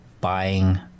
buying